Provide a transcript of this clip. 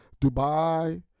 Dubai